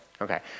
Okay